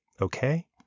okay